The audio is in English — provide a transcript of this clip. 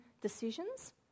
decisions